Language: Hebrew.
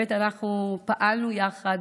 אנחנו פעלנו יחד,